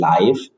life